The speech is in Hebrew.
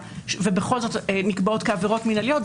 ובכל זאת נקבעות כעבירות מנהליות,